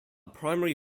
primary